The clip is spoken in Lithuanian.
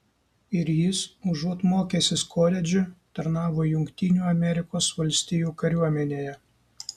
ir jis užuot mokęsis koledže tarnavo jungtinių amerikos valstijų kariuomenėje